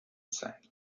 sein